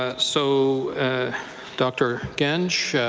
ah so dr. genge,